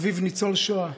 אביו ניצול שואה,